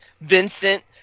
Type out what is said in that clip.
vincent